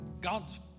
God's